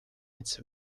its